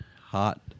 hot